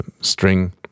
string